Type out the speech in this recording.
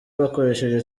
bakoresheje